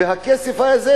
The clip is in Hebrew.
והכסף הזה,